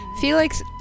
Felix